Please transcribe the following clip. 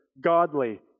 godly